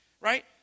Right